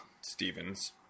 Stevens